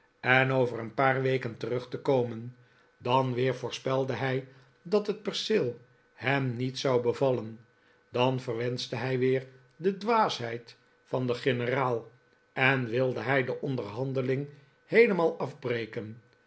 en over een paar weken terug te komen dan weer voorspelde hij dat het perceel hem niet zou bevallen dan verwenschte hij weer de dwaasheid van den generaal en wilde hij de onderhandeling heelemaal afbreken